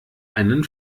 einen